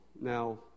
Now